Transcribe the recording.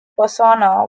persona